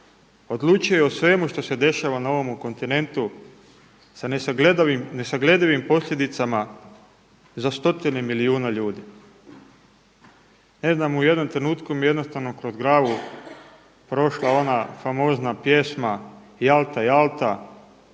odlučuje o svemu što se dešava na ovome kontinentu sa nesagledivim posljedicama za stotine milijuna ljudi. Ne znam u jednom trenutku mi jednostavno kroz glavu prošla ona famozna pjesma „Jalta, jalta“